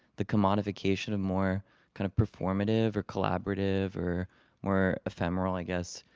the commodification of more kind of performative or collaborative or more ephemeral, i guess,